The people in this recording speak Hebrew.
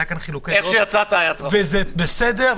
היו כאן חילוקי דעות וזה בסדר,